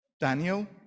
Daniel